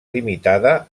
limitada